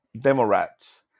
Democrats